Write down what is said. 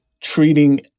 treating